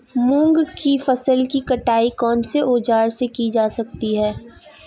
मूंग की फसल की कटाई कौनसे औज़ार से की जाती है?